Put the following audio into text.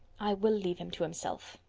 i will leave him to himself.